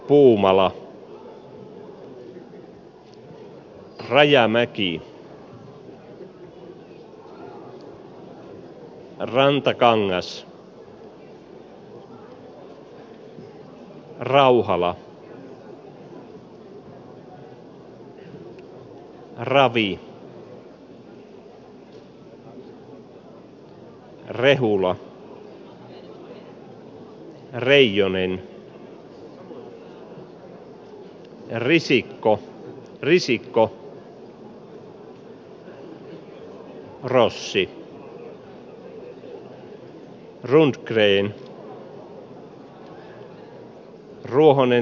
jan vapaavuori jouni backman pirkko ruohonen